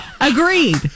Agreed